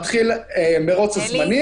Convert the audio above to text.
מתחיל מרוץ הזמנים,